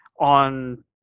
on